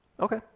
okay